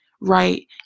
Right